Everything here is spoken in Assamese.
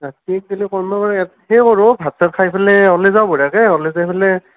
ৰাতি গেলি পাৰে সেয়ে কৰোঁ ভাত চাত খাই ফেলে ওলাই যাওঁ বঢ়িয়াকৈ ওলাই যাই ফেলে